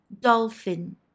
Dolphin